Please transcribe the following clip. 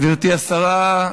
גברתי השרה,